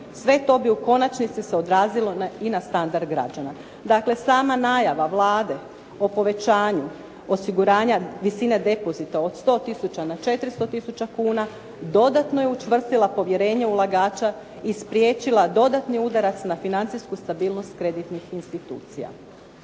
Sve to bi u konačnici se odrazilo i na standard građana. Dakle, sama najava Vlade o povećanju osiguranja visine depozita od 100 tisuća na 400 tisuća kuna, dodatno je učvrstila povjerenje ulagača i spriječila dodatni udarac na financijsku stabilnost kreditnih institucija.